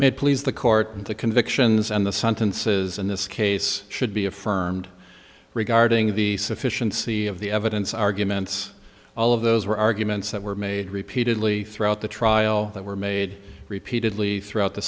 may please the court the convictions and the sentences in this case should be affirmed regarding the sufficiency of the evidence arguments all of those were arguments that were made repeatedly throughout the trial that were made repeatedly throughout the